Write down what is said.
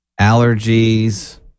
allergies